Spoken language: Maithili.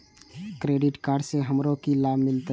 क्रेडिट कार्ड से हमरो की लाभ मिलते?